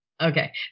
Okay